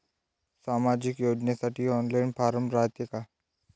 सामाजिक योजनेसाठी online form रायते का?